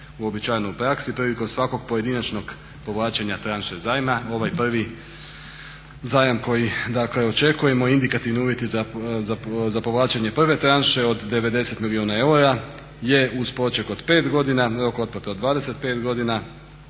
uobičajeno u praksi, prilikom svakog pojedinačnog povlačenja tranše zajma, ovaj prvi zajam koji očekujemo indikativni uvjeti za povlačenje prve tranše od 90 milijuna eura je uz poček od pet godina, rok otplate od 25 godina,